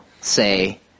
say